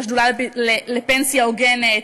של השדולה לפנסיה הוגנת,